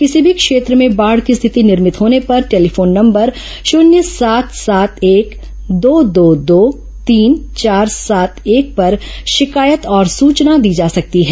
किसी भी क्षेत्र में बाढ़ की स्थिति निर्मित होने पर टेलीफोन नंबर शून्य सात सात एक दो दो दो तीन चार सात एक पर शिकायत और सूचना दी जा सकती है